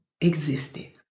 existed